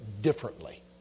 differently